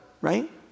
right